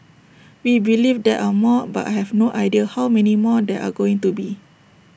we believe there are more but I have no idea how many more there are going to be